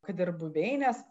kad ir buveinės